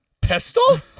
Pistol